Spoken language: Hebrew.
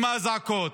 עם האזעקות,